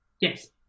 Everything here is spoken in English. Yes